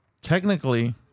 technically